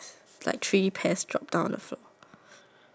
like it's at the near the dog